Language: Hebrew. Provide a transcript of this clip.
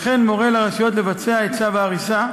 וכן מורה לרשויות לבצע את צו ההריסה,